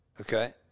Okay